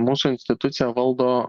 mūsų institucija valdo